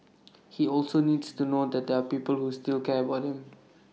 he also needs to know that there're people who still care about him